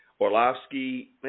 Orlovsky